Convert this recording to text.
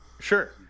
Sure